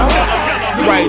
Right